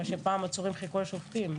פעם עצורים חיכו לשופטים.